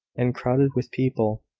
and crowded with people.